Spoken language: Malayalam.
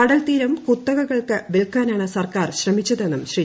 കടൽത്തീരം കുത്തകകൾക്ക് വിൽക്കാനാണ് സർക്കാർ ശ്രമിച്ചതെന്നും ശ്രീ